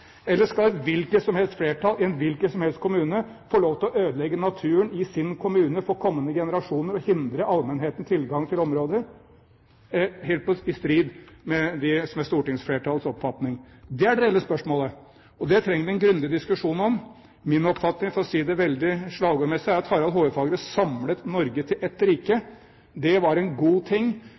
Eller skal et hvilket som helst flertall i en hvilken som helst kommune få lov til å ødelegge naturen i sin kommune for kommende generasjoner og hindre allmennheten tilgang til områder, helt i strid med det som er stortingsflertallets oppfatning? Det er det reelle spørsmålet, og det trenger vi en grundig diskusjon om. Min oppfatning, for å si det veldig slagordmessig, er at Harald Hårfagre samlet Norge til ett rike. Det var en god ting.